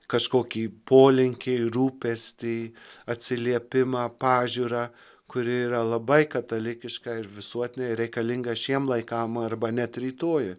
kažkokį polinkį rūpestį atsiliepimą pažiūrą kuri yra labai katalikiška ir visuotinai reikalinga šiem laikam arba net rytojui